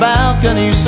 balcony